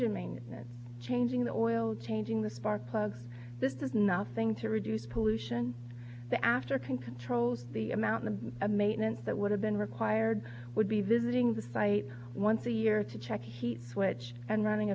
maintenance changing the oil changing the spark plug this is nothing to reduce pollution the after controls the amount to a maintenance that would have been required would be visiting the site once a year to check heat switch and running